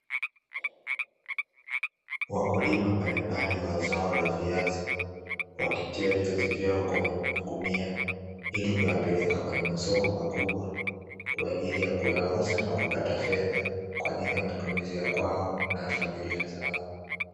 Wakulima mbalimbali wa zao la viazi, wakitia viazi vyao kwenye magunia, ili kuyapeleka kwenye masoko makubwa ili kuyauza na kupata fedha kwa ajili ya matumizi ya kwao na ya familia zao.